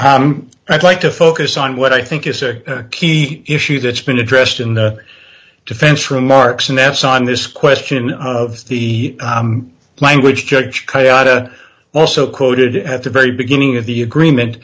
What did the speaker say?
and i'd like to focus on what i think is a key issue that's been addressed in the defense remarks and that's on this question of the language judge also quoted at the very beginning of the agreement